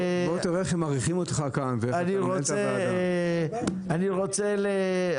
מבחוץ, ואז נסכם את כל הדיון.